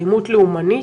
אלימות לאומנית,